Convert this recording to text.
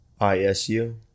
ISU